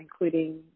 including